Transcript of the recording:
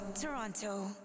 Toronto